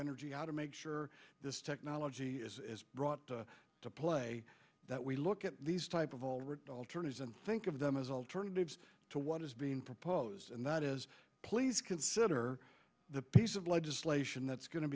energy how to make sure this technology is brought to play that we look at these type of all rigged alternatives and think of them as alternatives to what is being proposed and that is please consider the piece of legislation that's going to